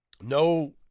no